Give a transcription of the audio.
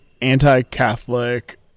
anti-Catholic